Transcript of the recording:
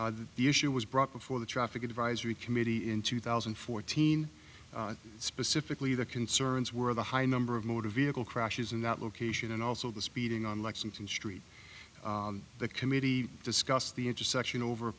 the issue was brought before the traffic advisory committee in two thousand and fourteen specifically the concerns were the high number of motor vehicle crashes in that location and also the speeding on lexington street the committee discussed the intersection over a